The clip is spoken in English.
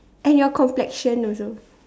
and your complexion also